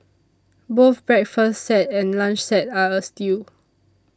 both breakfast set and lunch set are a steal